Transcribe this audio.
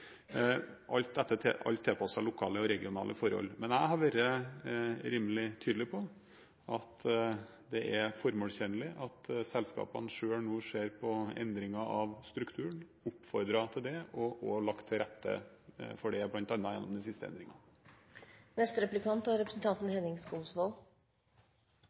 alt tilpasset lokale og regionale forhold. Men jeg har vært rimelig tydelig på at det er formålstjenlig at selskapene selv nå ser på endringen av strukturen, jeg har oppfordret til det og også lagt til rette for det – bl.a. gjennom den siste endringen. Jeg vil igjen tilbake til de store investeringene som Statnett skal gjøre de neste